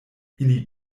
ili